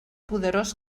poderós